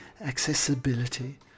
accessibility